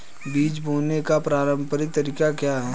बीज बोने का पारंपरिक तरीका क्या है?